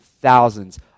thousands